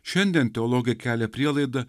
šiandien teologija kelia prielaidą